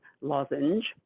lozenge